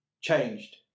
changed